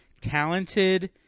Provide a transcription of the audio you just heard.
talented